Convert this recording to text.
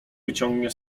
wyciągnie